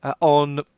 on